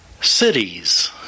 cities